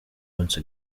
once